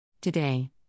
Today